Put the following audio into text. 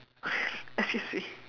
excuse me